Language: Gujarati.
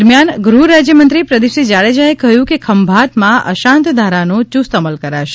દરમ્યાન ગૃહ રાજ્ય મંત્રી પ્રદીપસિંહ જાડેજા એ કહ્યું છે કે ખંભાતમાં અશાંત ધારા નો યુસ્ત અમલ કરશે